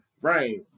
right